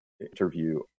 interview